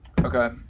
okay